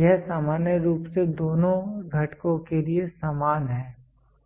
यह सामान्य रूप से दोनों घटकों के लिए समान है